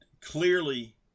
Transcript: clearly